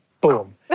boom